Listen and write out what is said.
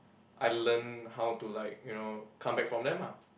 I learn how to like you know come back from them ah